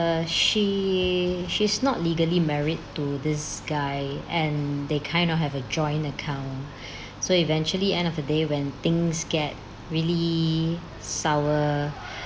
uh she she's not legally married to this guy and they kind of have a joint account so eventually end of the day when things get really sour